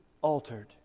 altered